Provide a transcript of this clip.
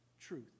truth